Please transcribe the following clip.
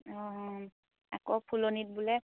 অঁ আকৌ ফুলনিত বোলে